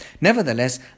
Nevertheless